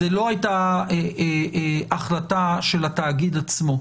זאת לא הייתה החלטה של התאגיד עצמו.